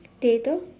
theatre